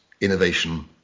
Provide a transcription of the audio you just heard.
innovation